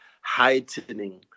heightening